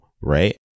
right